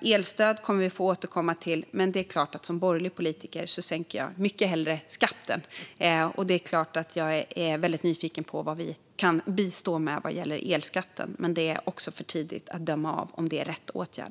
Elstödet kommer vi att få återkomma till. Men det är klart att jag som borgerlig politiker mycket hellre sänker skatten. Jag är väldigt nyfiken på vad vi kan bistå med vad gäller elskatten, men det är också för tidigt att avdöma om det är rätt åtgärd.